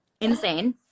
insane